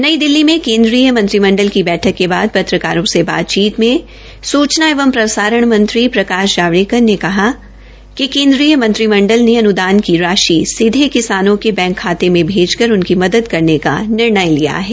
नई दिल्ली में केन्द्रीय मंत्रिमंडल की बैठक के बाद पत्रकारों से बातचीत मे सूचना एवं प्रसारण मंत्री प्रकाश जावड़ेकर ने कहा कि केन्द्रीय मंत्रिमंडल ने अन्दान की राशि सीधे किसानों के बैंक खाते में भेजकर उनकी मदद उनकी करने का निर्णय लिया है